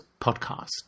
podcast